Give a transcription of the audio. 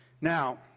Now